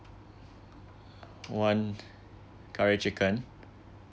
one curry chicken